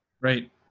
Right